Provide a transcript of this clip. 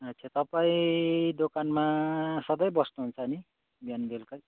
अच्छा तपाईँ दोकानमा सधैँ बस्नुहुन्छ नि बिहान बेलुकै